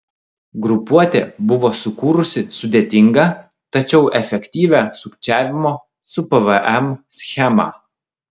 grupuotė buvo sukūrusi sudėtingą tačiau efektyvią sukčiavimo su pvm schemą